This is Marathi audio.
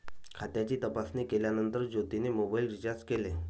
खात्याची तपासणी केल्यानंतर ज्योतीने मोबाइल रीचार्ज केले